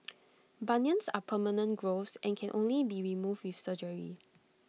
bunions are permanent growths and can only be removed with surgery